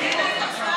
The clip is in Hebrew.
אין שר.